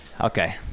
Okay